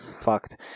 fucked